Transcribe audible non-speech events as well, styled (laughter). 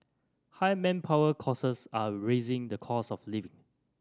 high manpower (unintelligible) are raising the cost of living